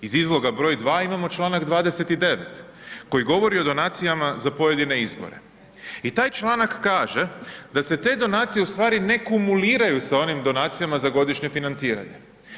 Iz izloga br. 2. imamo čl. 29. koji govori o donacijama za pojedine izbore i taj članak kaže da se te donacije u stvari ne kumuliraju sa onim donacijama za godišnje financiranje.